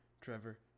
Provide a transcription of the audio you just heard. Trevor